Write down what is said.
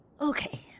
Okay